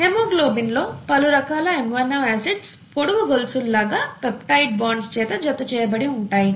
haemoglobin లో పలురకాల amino acids పొడవు గొలుసుల్లాగా పెప్టైడ్ బాండ్స్ చేత జత చేయబడి ఉంటాయి